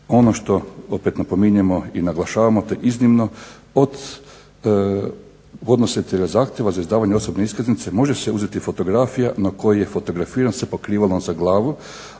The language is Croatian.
Ono što opet napominjemo i naglašavamo iznimno od podnositelja zahtjeva za izdavanje osobne iskaznice može se uzeti fotografija na kojoj je fotografiran sa pokrivalom za glavu